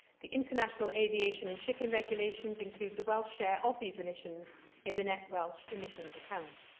the international aviation and shipping regulations include the welsh share of these emissions in the net welsh emissions account.